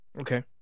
Okay